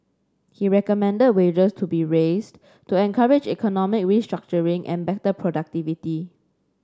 he recommended wages be raised to encourage economic restructuring and better productivity